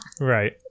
Right